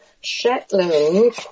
Shetland